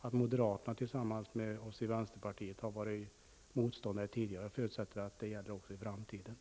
att moderaterna tillsammans med oss i vänsterpartiet har varit motståndare till detta tidigare, och jag förutsätter att det gäller även i framtiden.